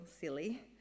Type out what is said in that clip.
silly